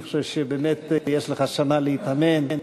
אני חושב שבאמת יש לך שנה להתאמן.